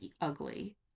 ugly